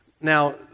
Now